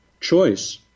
Choice